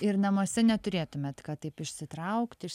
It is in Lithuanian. ir namuose neturėtumėt taip išsitraukt iš